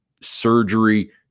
surgery